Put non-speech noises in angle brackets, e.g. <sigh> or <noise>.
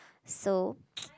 so <noise>